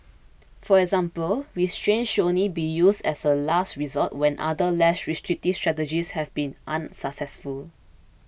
for example restraints should only be used as a last resort when other less restrictive strategies have been unsuccessful